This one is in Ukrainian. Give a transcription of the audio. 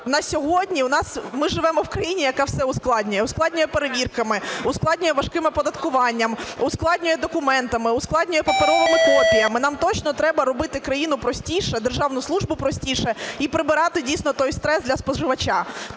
На сьогодні ми живемо в країні, яка все ускладнює: ускладнює перевірками, ускладнює важким оподаткуванням, ускладнює документами, ускладнює паперовими копіями. Нам точно треба робити країну простіше, державну службу простіше, і прибирати дійсно той стрес для споживача.